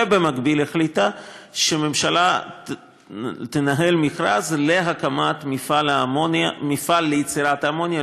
ובמקביל החליטה שהממשלה תנהל מכרז להקמת מפעל ליצירת אמוניה,